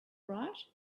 right